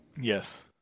Yes